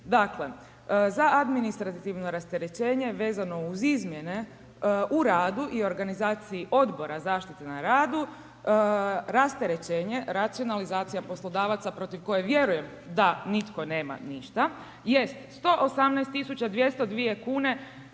Dakle, za administrativno rasterećenje vezano uz izmjene u radu i organizaciji Odbora zaštite na radu rasterećenje racionalizacija poslodavaca protiv koje vjerujem da nitko nema ništa jest 118 tisuća